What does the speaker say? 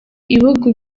ibihugu